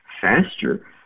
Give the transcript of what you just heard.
faster